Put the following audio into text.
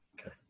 Okay